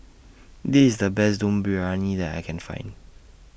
This IS The Best Dum Briyani that I Can Find